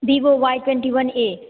Vivo Y twenty one A